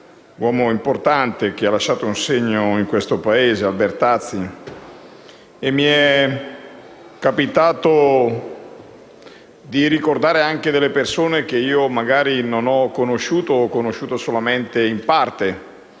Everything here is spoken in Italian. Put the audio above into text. un uomo importante, che ha lasciato un segno in questo Paese, Giorgio Albertazzi. E mi è capitato anche di ricordare delle persone che magari non ho conosciuto o ho conosciuto solamente in parte